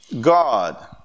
God